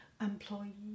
employee